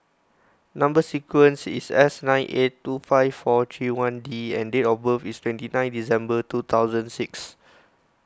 Number Sequence is S nine eight two five four three one D and date of birth is twenty nine December two thousand six